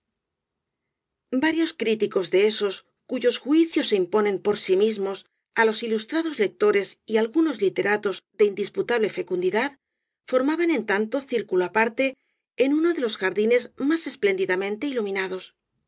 varios críticos de esos cuyos juicios se imponen por sí mismos á los ilustrados lectores y algunos literatos de indisputable fecundidad formaban en tanto círculo aparte en uno de los jardines más espléndidamente iluminados